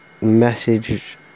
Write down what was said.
message